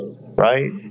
right